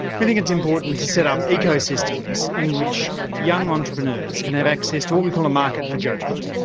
we think it's important to set up ecosystems in which young entrepreneurs can have access to what we call a market for judgement.